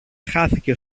χάθηκε